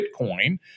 Bitcoin